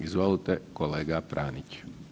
Izvolite kolega Pranić.